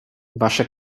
wasze